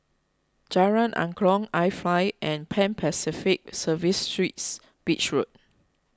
Jalan Angklong iFly and Pan Pacific Serviced Suites Beach Road